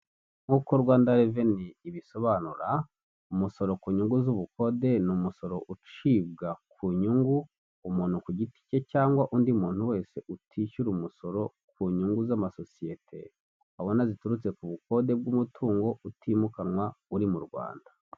Nkuko Rwanda reveni ibisobanura, umusoro ku nyungu z'ubukode ni umusoro ucibwa ku nyungu umuntu ku giti cye, cyangwa undi muntu wese utishyura umusoro ku nyungu z'amasosiyete abona ziturutse ku bukode bw'umutungo utimukanwa uri mu Rwanda.